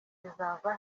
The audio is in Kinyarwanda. rizava